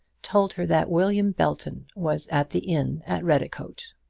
told her that william belton was at the inn at redicote.